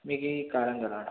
मी की कारंजा लाड